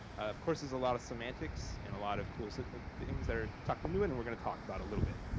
of course, there's a lot of semantics and a lot of cool things that are tucked into it, and we're gonna talk about a little bit.